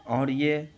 اور یہ